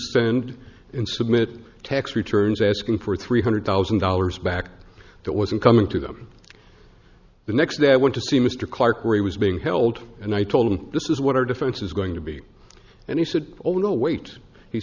spend and submit tax returns asking for three hundred thousand dollars back that wasn't coming to them the next day i went to see mr clarke where he was being held and i told him this is what our defense is going to be and he said oh no wait he